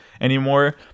anymore